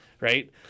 Right